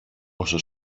όσο